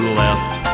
left